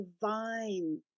divine